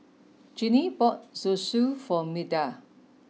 Jeanine bought Zosui for Milda